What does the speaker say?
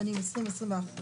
הנחה.